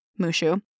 Mushu